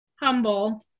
humble